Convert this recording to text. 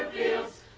is